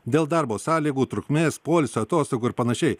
dėl darbo sąlygų trukmės poilsio atostogų ir panašiai